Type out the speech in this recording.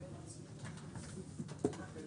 ישיבות והיו